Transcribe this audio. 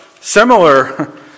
similar